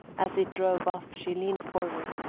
as it drove off she leaned forward,